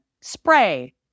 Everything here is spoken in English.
spray